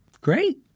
Great